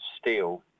steel